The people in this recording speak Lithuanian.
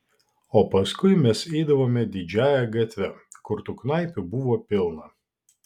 o paskui mes eidavome didžiąja gatve kur tų knaipių buvo pilna